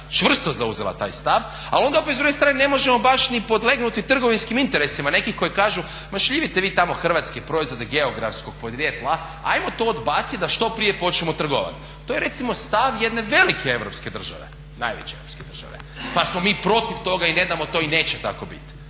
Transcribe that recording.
čvrsto zauzela taj stav, ali onda opet s druge strane ne možemo baš ni podlegnuti trgovinskim interesima nekih koji kažu ma šljivite vi tamo hrvatske proizvode geografskog podrijetla, ajmo to odbacit da što prije počnemo trgovat. To je recimo stav jedne velike europske države, najveće europske države pa smo mi protiv toga i ne damo to i neće tako biti.